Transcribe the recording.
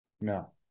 No